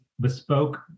bespoke